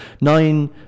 Nine